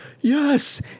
yes